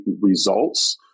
results